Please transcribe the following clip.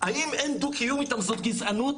האם אין דו קיום איתם זאת גזענות?